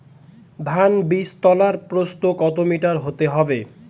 ধান বীজতলার প্রস্থ কত মিটার হতে হবে?